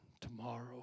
tomorrow